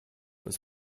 was